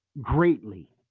greatly